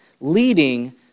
leading